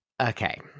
Okay